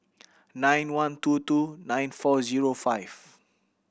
nine one two two nine four zero five